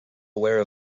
aware